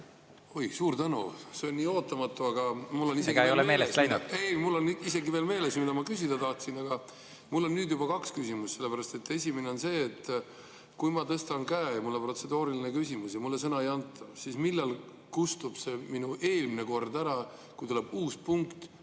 Ei, mul on isegi veel meeles, mida ma küsida tahtsin. Mul on nüüd juba kaks küsimust, sellepärast et esimene on see, et kui ma tõstan käe, mul on protseduuriline küsimus, aga mulle sõna ei anta, siis millal kustub see minu eelmine [küsimus] ära. Kui tuleb uus punkt,